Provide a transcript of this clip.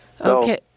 Okay